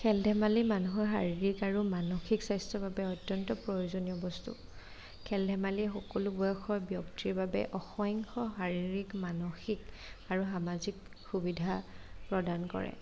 খেল ধেমালি মানুহৰ শাৰীৰিক আৰু মানসিক স্বাস্থ্যৰ বাবে অত্যন্ত প্ৰয়োজনীয় বস্তু খেল ধেমালি সকলো বয়সৰ ব্যক্তিৰ বাবে অসংখ্য শাৰীৰিক মানসিক আৰু সামাজিক সুবিধা প্ৰদান কৰে